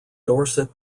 dorset